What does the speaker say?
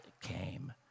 came